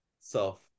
self